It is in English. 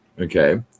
Okay